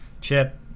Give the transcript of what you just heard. Chip